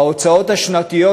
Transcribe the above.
ההוצאות השנתיות,